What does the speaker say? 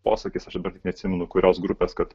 posakis bet neatsimenu kurios grupės kad